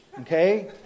okay